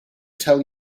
tell